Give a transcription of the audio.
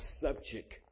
subject